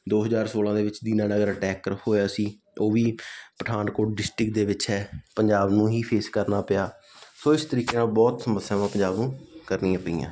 ਦੋ ਹਜ਼ਾਰ ਸੌਲ੍ਹਾਂ ਦੇ ਵਿੱਚ ਦੀਨਾ ਨਗਰ ਅਟੈਕਰ ਹੋਇਆ ਸੀ ਉਹ ਵੀ ਪਠਾਨਕੋਟ ਡਿਸਟ੍ਰਿਕਟ ਦੇ ਵਿੱਚ ਹੈ ਪੰਜਾਬ ਨੂੰ ਹੀ ਫੇਸ ਕਰਨਾ ਪਿਆ ਸੋ ਇਸ ਤਰੀਕੇ ਨਾਲ ਬਹੁਤ ਸਮੱਸਿਆਵਾਂ ਪੰਜਾਬ ਨੂੰ ਕਰਨੀਆਂ ਪਈਆਂ